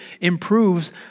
improves